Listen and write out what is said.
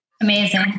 amazing